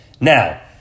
Now